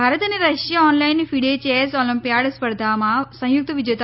ભારત અને Russia online FIDE chess olympiad સ્પર્ધામાં સંયુક્ત વિજેતા